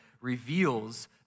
reveals